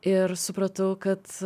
ir supratau kad